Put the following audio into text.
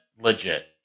legit